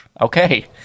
okay